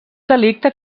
delicte